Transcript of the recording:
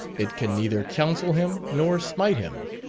it can neither counsel him nor smite him,